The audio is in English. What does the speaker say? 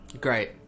Great